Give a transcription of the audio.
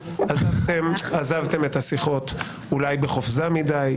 אתם עזבתם את השיחות אולי בחופזה מדי.